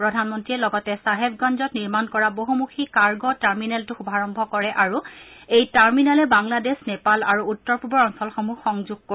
প্ৰধানমন্ত্ৰীয়ে লগতে চাহেবগঞ্জত নিৰ্মাণ কৰা বহুমুখী কাৰ্গ টাৰ্মিনেলটো শুভাৰম্ভ কৰে আৰু এই টাৰ্মিনেলে বাংলাদেশ নেপাল আৰু উত্তৰ পূবৰ অঞ্চলসমূহক সংযোগ কৰিব